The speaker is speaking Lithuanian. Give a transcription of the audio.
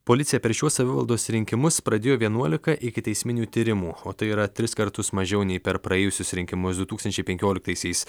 policija per šiuos savivaldos rinkimus pradėjo vienuolika ikiteisminių tyrimų o tai yra tris kartus mažiau nei per praėjusius rinkimus du tūkstančiai penkioliktaisiais